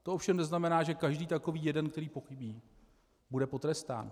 To ovšem neznamená, že každý takový jeden, který pochybí, bude potrestán.